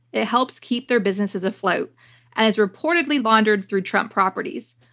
it helps keep their businesses afloat and is reportedly laundered through trump properties.